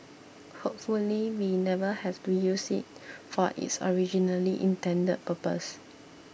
hopefully we never have to use it for its originally intended purpose